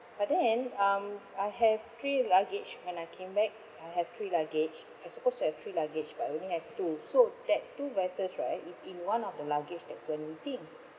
but then um I have three luggage when I came back I have three luggage I supposed to have three luggage but I only have two so that two vases right is in one of the luggage that was went missing